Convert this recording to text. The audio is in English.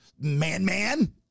man-man